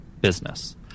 business